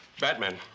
Batman